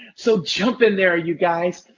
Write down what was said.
so jump in there you guys.